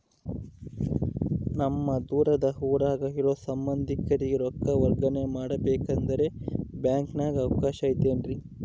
ನಮ್ಮ ದೂರದ ಊರಾಗ ಇರೋ ಸಂಬಂಧಿಕರಿಗೆ ರೊಕ್ಕ ವರ್ಗಾವಣೆ ಮಾಡಬೇಕೆಂದರೆ ಬ್ಯಾಂಕಿನಾಗೆ ಅವಕಾಶ ಐತೇನ್ರಿ?